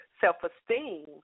self-esteem